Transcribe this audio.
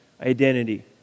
identity